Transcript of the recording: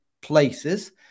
places